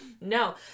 No